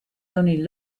only